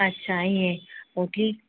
अच्छा इएं पोइ ठीक